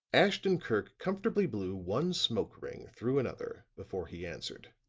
ashton-kirk comfortably blew one smoke-ring through another before he answered.